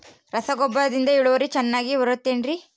ರಸಗೊಬ್ಬರದಿಂದ ಇಳುವರಿ ಚೆನ್ನಾಗಿ ಬರುತ್ತೆ ಏನ್ರಿ?